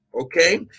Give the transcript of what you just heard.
Okay